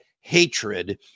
hatred